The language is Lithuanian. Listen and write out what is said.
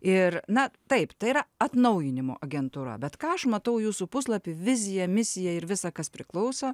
ir na taip tai yra atnaujinimo agentūra bet ką aš matau jūsų puslapy vizija misija ir visa kas priklauso